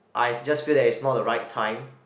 I've just feel that it's not the right time